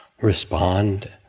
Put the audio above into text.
respond